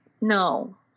No